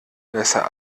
besser